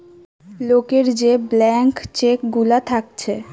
লোকের যে blank cheque গুলা থাকছে